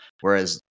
Whereas